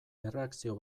erreakzio